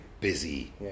busy